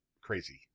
crazy